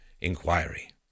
inquiry